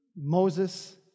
Moses